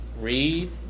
read